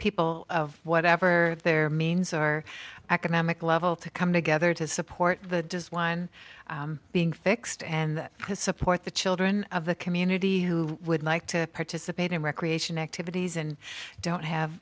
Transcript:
people whatever their means or economic level to come together to support the just one being fixed and to support the children of the community who would like to participate in recreation activities and don't have